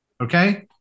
Okay